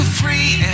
free